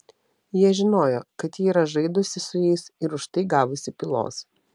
jie žinojo kad ji yra žaidusi su jais ir už tai gavusi pylos